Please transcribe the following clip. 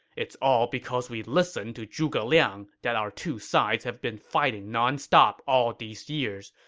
it's all because we listened to zhuge liang that our two sides have been fighting nonstop all these years,